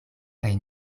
kaj